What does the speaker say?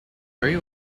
very